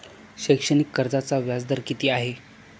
शैक्षणिक कर्जाचा व्याजदर किती आहे?